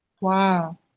Wow